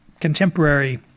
contemporary